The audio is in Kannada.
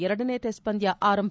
ಎರಡನೇ ಟೆಸ್ಟ್ ಪಂದ್ಯ ಆರಂಭ